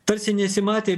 tarsi nesimatė